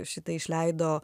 šita išleido